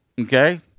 okay